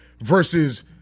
versus